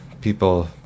people